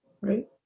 Right